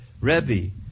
Rebbe